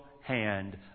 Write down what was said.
hand